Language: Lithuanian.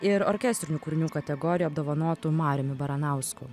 ir orkestrinių kūrinių kategorija apdovanotu mariumi baranausku